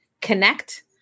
connect